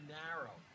narrow